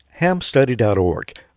hamstudy.org